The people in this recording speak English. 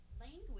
language